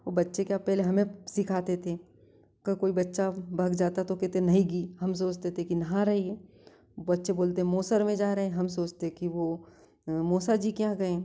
वो बच्चे क्या पहले हमें सिखाते थे क कोई बच्चा भाग जाता तो कहते नहीं गी हम सोचते थे की नहा रही है बच्चे बोलते हैं मोसर में जा रहे हैं हम सोचते हैं कि वो मौसा जी के यहाँ गए